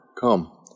Come